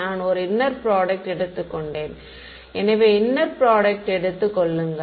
நான் ஒரு inner product எடுத்துக்கொண்டேன் எனவே இன்னர் ப்ரோடுக்ட் எடுத்துக் கொள்ளுங்கள்